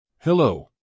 Hello